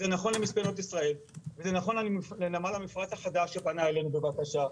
זה נכון במספנות ישראל וזה נכון לנמל המפרץ החדש שפנה אלינו בבקשה.